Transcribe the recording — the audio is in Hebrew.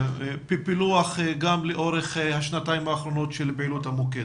פילוח לאורך השנתיים האחרונות של פעילות המוקד.